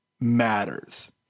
matters